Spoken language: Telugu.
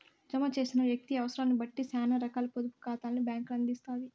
జమ చేసిన వ్యక్తి అవుసరాన్నిబట్టి సేనా రకాల పొదుపు కాతాల్ని బ్యాంకులు అందిత్తాయి